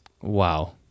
wow